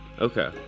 Okay